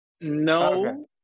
no